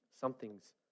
something's